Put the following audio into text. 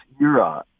era